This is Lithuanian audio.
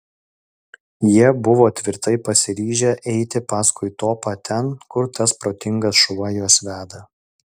jie buvo tvirtai pasiryžę eiti paskui topą ten kur tas protingas šuo juos veda